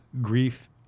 grief